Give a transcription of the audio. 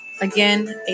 Again